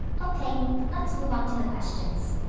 ok, let's move on to the questions.